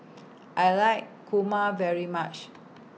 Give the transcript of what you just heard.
I like Kurma very much